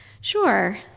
Sure